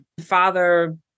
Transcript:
father